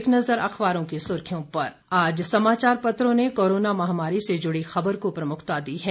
एक नजर अखबारों की सुर्खियों पर आज समाचार पत्रों ने कोरोना महामारी से जुड़ी खबर को प्रमुखता दी है